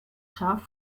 scharf